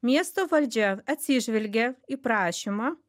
miesto valdžia atsižvelgė į prašymą